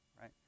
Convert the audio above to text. right